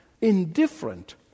indifferent